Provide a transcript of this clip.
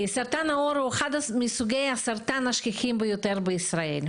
סרטון העור הוא אחד מסוגי הסרטן השכיחים ביותר בישראל,